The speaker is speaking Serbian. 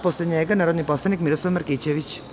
Posle njega narodni poslanik Miroslav Markićević.